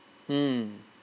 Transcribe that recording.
mm